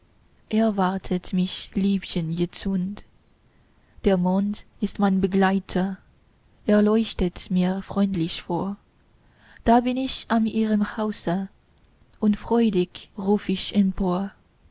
erwartet mich liebchen jetzund der mond ist mein begleiter er leuchtet mir freundlich vor da bin ich an ihrem hause und freudig ruf ich